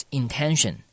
intention